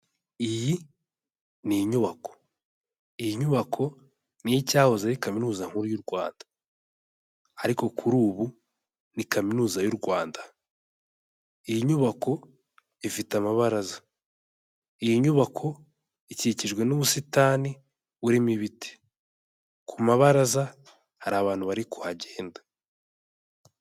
Iyi ni inyubako. Iyi nyubako, n'iy'icyahoze ari kaminuza nkuru y'u Rwanda. Ariko kuri ubu ni kaminuza y'u Rwanda. Iyi nyubako ifite amabaraza. Iyi nyubako ikikijwe n'ubusitani, burimo ibiti. Ku mabaraza, hari abantu bari kuhagenda.